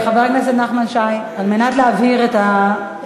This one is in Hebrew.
חבר הכנסת נחמן שי, על מנת להבהיר את העניין,